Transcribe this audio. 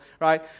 Right